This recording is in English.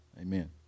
amen